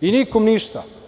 i nikom ništa.